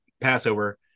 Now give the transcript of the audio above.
Passover